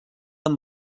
amb